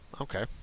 Okay